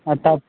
আর